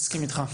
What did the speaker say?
אני מסכים איתך.